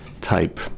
type